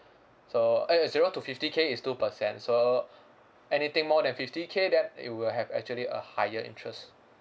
so eh eh zero to fifty K is two percent so anything more than fifty K then it will have actually a higher interest